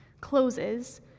closes